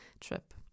trip